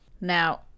Now